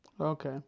okay